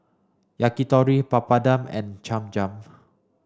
Yakitori Papadum and Cham Cham